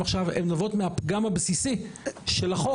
עכשיו הן נובעות מהפגם הבסיסי של החוק,